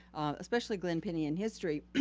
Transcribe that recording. especially glenn penny in history,